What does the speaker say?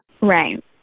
Right